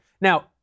Now